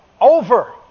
Over